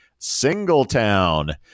Singletown